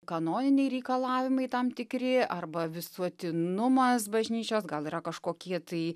kanoniniai reikalavimai tam tikri arba visuotinumas bažnyčios gal yra kažkokie tai